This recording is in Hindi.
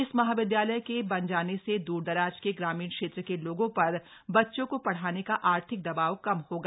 इस महाविद्यालय के बन जाने से दूरदराज के ग्रामीण क्षेत्र के लोगों पर बच्चों को पढ़ाने का आर्थिक दबाव कम होगा